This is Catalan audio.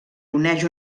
uneix